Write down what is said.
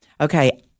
Okay